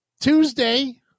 Tuesday